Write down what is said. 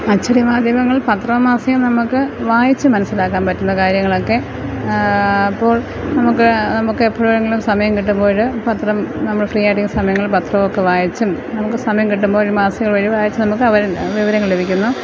അച്ചടി മാധ്യമങ്ങൾ പത്ര മാസിക നമ്മള്ക്ക് വായിച്ചു മനസ്സിലാക്കാം പറ്റുന്ന കാര്യങ്ങളൊക്കെ അപ്പോൾ നമുക്ക് നമുക്കെപ്പോഴെങ്കിലും സമയം കീട്ടുമ്പോള് പത്രം നമ്മൾ ഫ്രീയായിട്ടിരിക്കുന്ന സമയങ്ങളിൽ പത്രമോ ഒക്കെ വായിച്ചും നമുക്ക് സമയം കിട്ടുമ്പോള് മാസികകൾ വഴി വായിച്ചും നമുക്ക് വിവരങ്ങൾ ലഭിക്കുന്നു